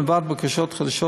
מלבד בקשות חדשות,